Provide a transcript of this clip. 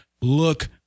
look